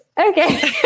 Okay